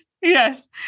Yes